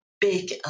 big